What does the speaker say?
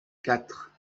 quatre